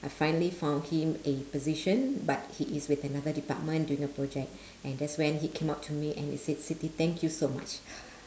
I finally found him a position but he is with another department doing a project and that's when he came up to me and he said siti thank you so much